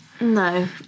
no